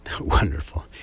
Wonderful